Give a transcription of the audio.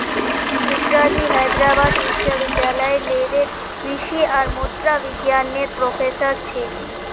मिश्राजी हैदराबाद विश्वविद्यालय लेरे कृषि और मुद्रा विज्ञान नेर प्रोफ़ेसर छे